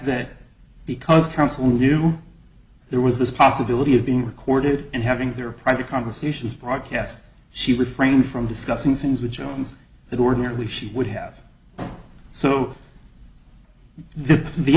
that because counsel knew there was this possibility of being recorded and having their private conversations broadcast she refrained from discussing things with jones that ordinarily she would have so the the